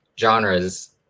genres